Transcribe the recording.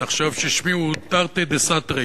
תחשוב ששמי הוא תרתי דסתרי,